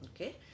Okay